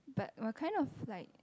but we're kind of like